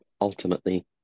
ultimately